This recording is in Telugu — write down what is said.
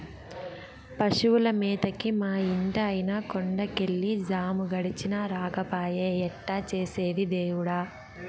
పశువుల మేతకి మా ఇంటాయన కొండ కెళ్ళి జాము గడిచినా రాకపాయె ఎట్టా చేసేది దేవుడా